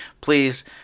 please